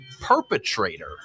perpetrator